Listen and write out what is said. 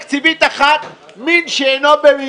תודה רבה.